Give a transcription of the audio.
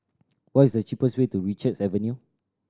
what is the cheapest way to Richards Avenue